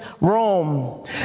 Rome